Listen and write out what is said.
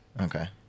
okay